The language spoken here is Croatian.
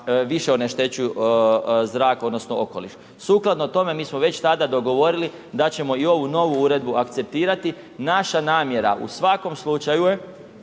više oneštećuju zrak odnosno okoliš. Sukladno tome, mi smo već tada dogovorili da ćemo i ovu novu uredbe akceptirati, naša namjera u svakom slučaju je